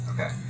Okay